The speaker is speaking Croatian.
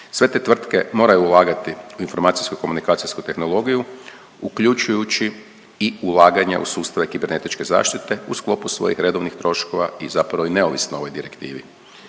Sve te tvrtke moraju ulagati u informacijsko komunikacijsku tehnologiju uključujući i ulaganja u sustave kibernetičke zaštite u sklopu svojih redovnih troškova i zapravo je neovisna o ovoj direktivi.